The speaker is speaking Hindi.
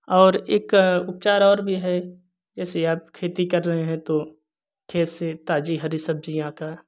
और एक उपचार और भी है जैसे आप खेती कर रहे हैं तो खेत से ताज़ी हरी सब्जियाँ का